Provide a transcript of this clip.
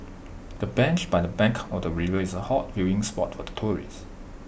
the bench by the bank of the river is A hot viewing spot for tourists